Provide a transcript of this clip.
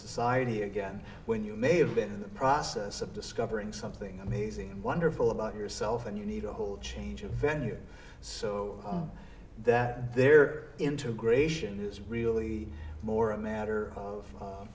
society again when you may have been in the process of discovering something amazing and wonderful about yourself and you need a whole change of venue so that their integration is really more a matter of